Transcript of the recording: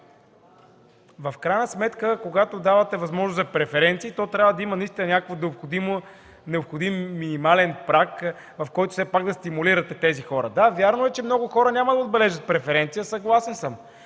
В крайна сметка, когато давате възможност за преференции, то трябва да има някаква необходим минимален праг, в който да стимулирате тези хора. Да, вярно е, че много хора няма да отбележат преференция – съгласен съм.